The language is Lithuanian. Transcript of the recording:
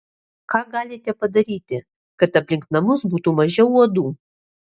ką galite padaryti kad aplink namus būtų mažiau uodų